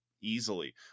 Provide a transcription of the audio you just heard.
easily